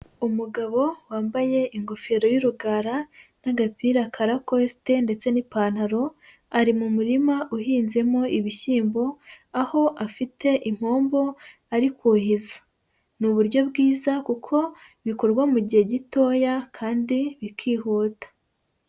Umugabo wambaye ingofero y'urugara n'agapira ka rakosite ndetse n'ipantaro, ari mu murima uhinzemo ibishyimbo, aho afite impombo ari kuhiza. Ni uburyo bwiza kuko bikorwa mu gihe gitoya kandi bikihuta.